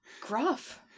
gruff